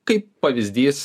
kaip pavyzdys